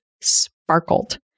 sparkled